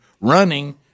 running